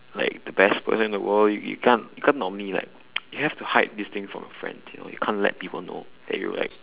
like the best player in the world you can't you can't normally like you have to hide these things from your friends you know you can't let people know that you're like